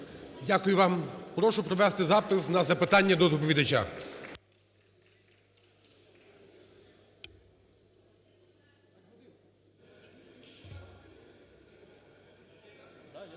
Дякую вам. Прошу провести запис на запитання до доповідача.